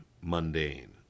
mundane